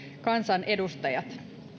kansanedustajat